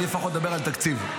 אני לפחות מדבר על תקציב.